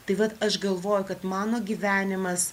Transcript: tai vat aš galvoju kad mano gyvenimas